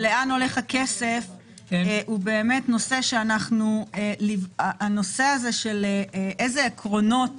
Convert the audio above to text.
-- של לאן הולך הכסף, השאלה איזה עקרונות